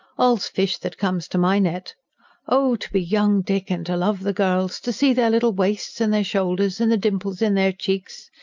all's fish that comes to my net oh, to be young, dick, and to love the girls! to see their little waists, and their shoulders, and the dimples in their cheeks!